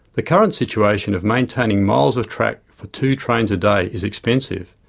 the current situation of maintaining miles of track for two trains a day is expensive,